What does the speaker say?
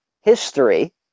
history